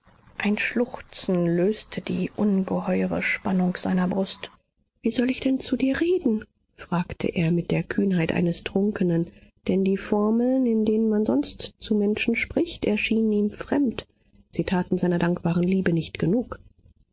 ein schluchzen löste die ungeheure spannung seiner brust wie soll ich denn zu dir reden fragte er mit der kühnheit eines trunkenen denn die formeln in denen man sonst zu menschen spricht erschienen ihm fremd sie taten seiner dankbaren liebe nicht genug